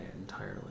entirely